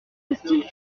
hostiles